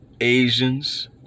Asians